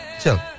Chill